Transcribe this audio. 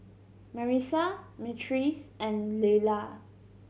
Marissa Myrtice and Leila